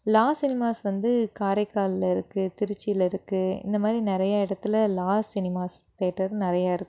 லா cinemas வந்து காரைக்காலில் இருக்கு திருச்சியில் இருக்கு இந்தமாதிரி நிறைய இடத்துல லா சினிமாஸ் தேட்டர் நிறையா இருக்கு